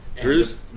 Bruce